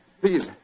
Please